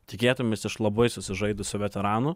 tikėtumeis iš labai susižaidusių veteranų